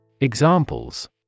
Examples